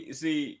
see